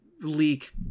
leak